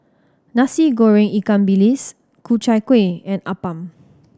Nasi Goreng ikan bilis Ku Chai Kueh and appam